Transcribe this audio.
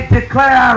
declare